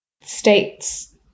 states